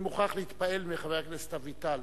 אני מוכרח להתפעל מחבר הכנסת אביטל.